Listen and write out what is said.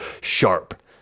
SHARP